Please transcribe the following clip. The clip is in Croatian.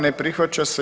Ne prihvaća se.